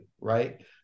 right